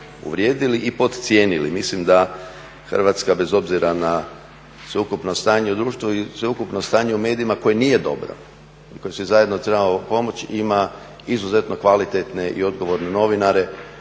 uvrijedili i podcijenili. Mislim da Hrvatska bez obzira na sveukupno stanje u društvu i sveukupno stanje u medijima koje nije dobro i kojem svi zajedno trebamo pomoći ima izuzetno kvalitetne i odgovorne novinare